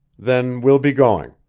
then we'll be going.